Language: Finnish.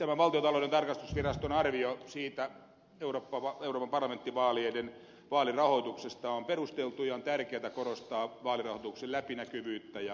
tämä valtiontalouden tarkastusviraston arvio euroopan parlamenttivaalien vaalirahoituksesta on perusteltu ja on tärkeätä korostaa vaalirahoituksen läpinäkyvyyttä ja avoimuutta